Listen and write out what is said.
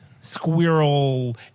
squirrel